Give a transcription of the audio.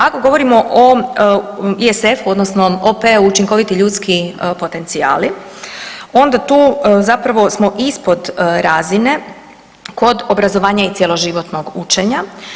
Ako govorimo o ESF-u. odnosno OP-u, učinkoviti ljudski potencijali, onda tu zapravo smo ispod razine kod obrazovanja i cjeloživotnog učenja.